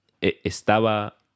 Estaba